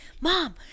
mom